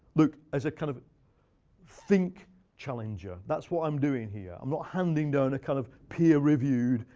look, as a kind of think challenger. that's what i'm doing here. i'm not handing down a kind of peer reviewed,